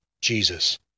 Jesus